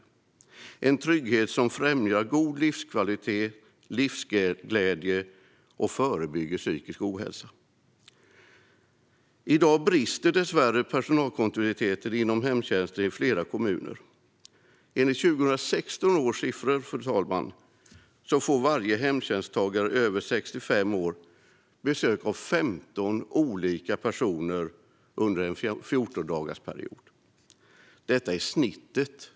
Det är en trygghet som främjar god livskvalitet och livsglädje samt förebygger psykisk ohälsa. I dag brister dessvärre personalkontinuiteten inom hemtjänsten i flera kommuner. Enligt 2016 års siffror får varje hemtjänsttagare över 65 år besök av 15 olika personer under en 14-dagarsperiod. Detta är snittet.